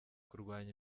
kurwanya